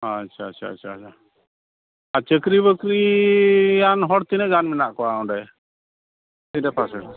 ᱟᱪᱪᱷᱟ ᱟᱪᱪᱷᱟ ᱟᱪᱪᱷᱟ ᱟᱪᱪᱷᱟ ᱟᱨ ᱪᱟᱹᱠᱨᱤ ᱵᱟᱹᱠᱨᱤᱭᱟᱱ ᱦᱚᱲ ᱛᱤᱱᱟᱹᱜ ᱜᱟᱱ ᱢᱮᱱᱟᱜ ᱠᱚᱣᱟ ᱚᱸᱰᱮ ᱤᱱᱟᱹ ᱯᱟᱥᱮ